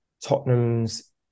Tottenham's